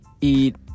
eat